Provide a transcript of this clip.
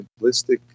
simplistic